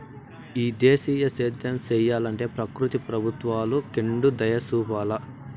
ఈ దేశీయ సేద్యం సెయ్యలంటే ప్రకృతి ప్రభుత్వాలు కెండుదయచూపాల